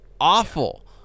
awful